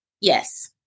Yes